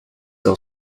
are